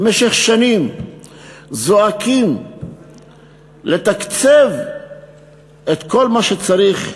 במשך שנים זועקים לתקצב את כל מה שצריך,